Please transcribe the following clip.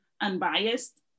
unbiased